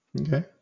Okay